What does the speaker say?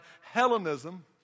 Hellenism